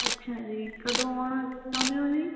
ਅੱਛਾ ਜੀ ਕਦੋਂ ਆਉਣਾ ਚਾਹੁੰਦੇ ਹੋ ਜੀ